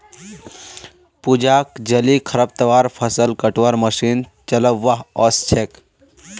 पूजाक जलीय खरपतवार फ़सल कटवार मशीन चलव्वा ओस छेक